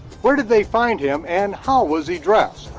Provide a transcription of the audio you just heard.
where did they find him, and how was he dressed?